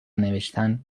نوشتن